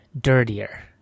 dirtier